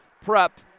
prep